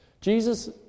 Jesus